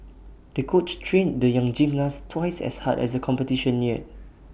the coach trained the young gymnast twice as hard as the competition neared